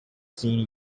seen